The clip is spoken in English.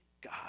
God